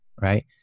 right